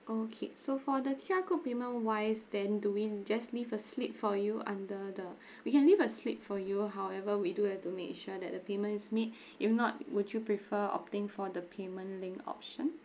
okay so for the Q_R code payment wise then do we just leave a slip for you under the we can leave a slip for you however we do have to make sure that the payment is made if not would you prefer opting for the payment link option